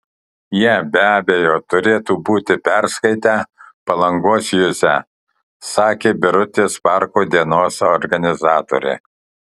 jie be abejo turėtų būti perskaitę palangos juzę sakė birutės parko dienos organizatorė